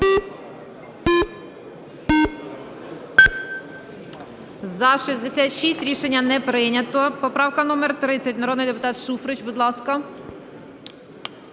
За-66 Рішення не прийнято. Поправка номер 30. Народний депутат Шуфрич, будь ласка.